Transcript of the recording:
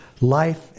life